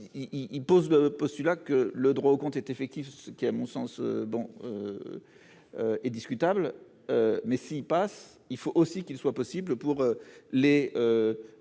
il pose le postulat que le droit au compte est effectif, ce qui à mon sens bon est discutable, mais si passe, il faut aussi qu'il soit possible pour l'les